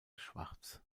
schwarz